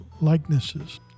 likenesses